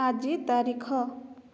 ଆଜି ତାରିଖ